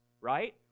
right